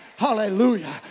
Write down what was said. Hallelujah